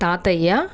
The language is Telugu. తాతయ్య